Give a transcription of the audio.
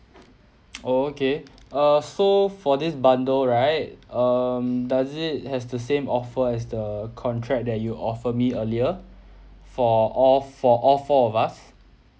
oh okay err so for this bundle right um does it has the same offer as the contract that you offer me earlier for all for all four of us